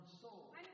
soul